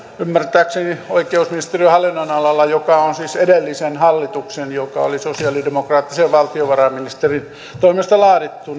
on ymmärtääkseni oikeusministeriön hallinnonalalla se summa joka on siis edellisen hallituksen ja sosialidemokraattisen valtiovarainministerin toimesta laadittu